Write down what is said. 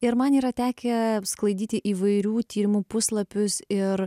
ir man yra tekę sklaidyti įvairių tyrimų puslapius ir